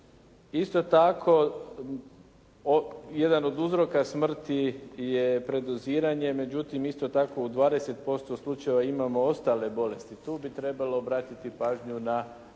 Isto tako, jedan od uzroka smrti je predoziranje, međutim isto tako u dvadeset posto slučajeva imamo ostale bolesti. Tu bi trebalo obratiti pažnju na